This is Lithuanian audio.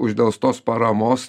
uždelstos paramos